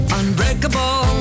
unbreakable